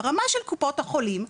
ברמה של קופות החולים,